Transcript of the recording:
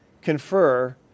confer